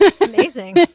amazing